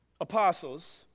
apostles